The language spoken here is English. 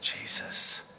Jesus